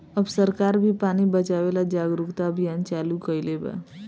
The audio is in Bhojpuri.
अब सरकार भी पानी बचावे ला जागरूकता अभियान चालू कईले बा